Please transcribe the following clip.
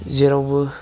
जेरावबो